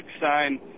sign